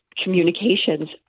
communications